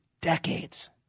decades